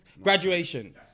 Graduation